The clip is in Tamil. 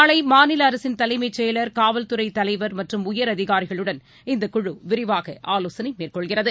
நாளைமாநிலஅரசின் தலைமைச் செயலர் காவல்துறைதலைவர் மற்றும் உயர் அதிகாரிகளுடன் இந்தக்குழுவிரிவாகஆலோசனைமேற்கொள்கிறது